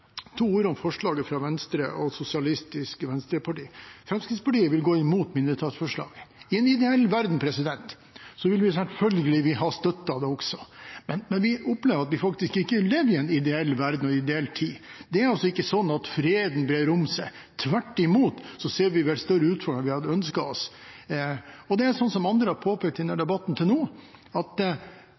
to ord om forslaget fra Venstre og Sosialistisk Venstreparti. Fremskrittspartiet vil gå imot mindretallsforslaget. I en ideell verden ville vi også selvfølgelig ha støttet det, men vi opplever at vi faktisk ikke lever i en ideell verden og ideell tid. Det er altså ikke sånn at freden brer om seg; tvert imot ser vi vel større utfordringer enn vi hadde ønsket oss. Det er sånn, som andre har påpekt i debatten til nå, at